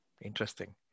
interesting